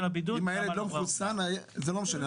הבידוד --- אם הילד לא מחוסן זה לא משנה.